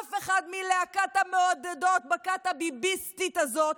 אף אחד מלהקת המעודדות בכת הביביסטית הזאת,